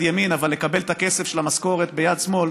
ימין אבל לקבל את הכסף של המשכורת ביד שמאל,